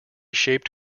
shaped